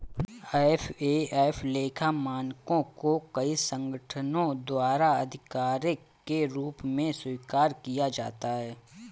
FAF लेखा मानकों को कई संगठनों द्वारा आधिकारिक के रूप में स्वीकार किया जाता है